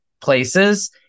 places